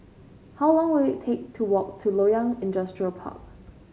how long will it take to walk to Loyang Industrial Park